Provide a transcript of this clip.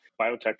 biotech